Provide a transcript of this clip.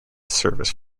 service